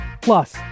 Plus